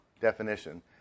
definition